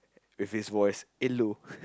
with his voice Ello